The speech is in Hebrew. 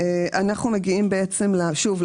אנחנו מגיעים בעצם שוב,